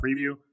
preview